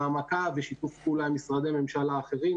העמקה ושיתוף פעולה עם משרדי ממשלה אחרים.